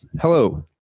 Hello